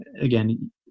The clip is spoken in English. again